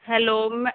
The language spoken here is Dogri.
हैलो में